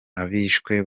abishwe